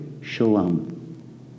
shalom